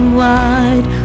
wide